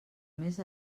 més